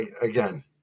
again